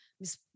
Miss